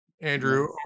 Andrew